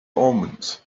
omens